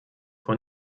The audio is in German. von